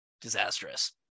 disastrous